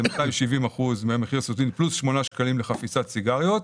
זה 270 אחוזים מהמחיר הסיטונאי פלוס 8 שקלים לחפיסת סיגריות.